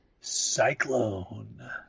Cyclone